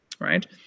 Right